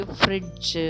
fridge